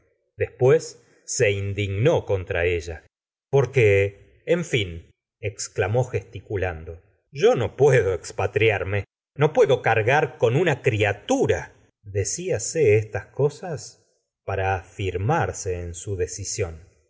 después se indignó contra ella porque en fin exclamó gesticulando yo no puedo expatriarme no puedo cargar con una criatura deciase estas cosas para afirmarse en su decisión